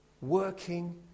working